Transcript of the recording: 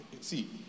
See